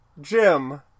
Jim